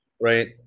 right